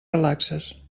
relaxes